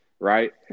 Right